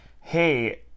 hey